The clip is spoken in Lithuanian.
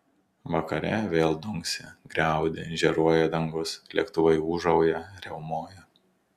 vakare vėl dunksi griaudi žėruoja dangus lėktuvai ūžauja riaumoja